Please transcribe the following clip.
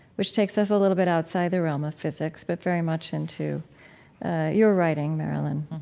which takes us a little bit outside the realm of physics, but very much into your writing, marilynne.